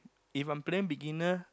if I'm playing beginner